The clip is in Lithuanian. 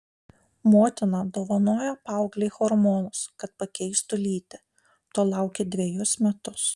motina dovanojo paauglei hormonus kad pakeistų lytį to laukė dvejus metus